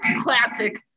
classic